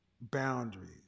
boundaries